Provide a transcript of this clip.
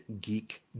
Geek